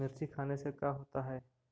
मिर्ची खाने से का होता है?